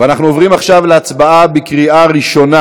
אנחנו עוברים עכשיו להצבעה בקריאה ראשונה